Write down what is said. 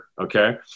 Okay